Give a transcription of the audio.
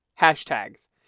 hashtags